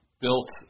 built